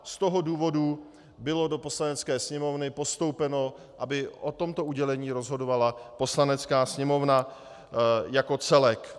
Z toho důvodu bylo do Poslanecké sněmovny postoupeno, aby o tomto udělení rozhodovala Poslanecká sněmovna jako celek.